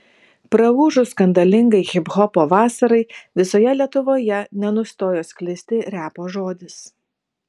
praūžus skandalingai hiphopo vasarai visoje lietuvoje nenustojo sklisti repo žodis